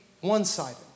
one-sided